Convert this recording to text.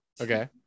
okay